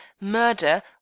murder